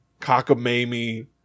cockamamie